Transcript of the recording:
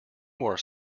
wore